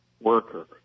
worker